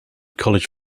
college